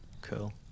Cool